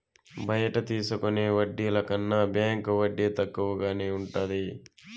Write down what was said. బయట తీసుకునే వడ్డీల కన్నా బ్యాంకు వడ్డీ తక్కువగానే ఉంటది